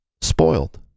spoiled